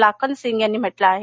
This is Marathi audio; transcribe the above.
लाखन सिंग यांनी म्हटलं आहे